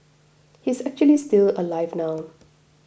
he's actually still alive now